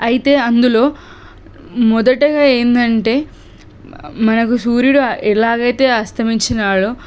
అయితే అందులో మొదటగా ఏంటంటే మనకు సూర్యుడు ఎలాగైతే అస్తమించాడో